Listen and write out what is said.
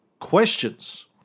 Questions